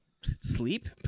Sleep